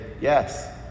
yes